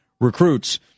recruits